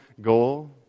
goal